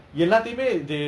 oh